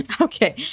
Okay